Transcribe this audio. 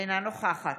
אינה נוכחת